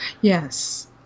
Yes